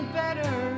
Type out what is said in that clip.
better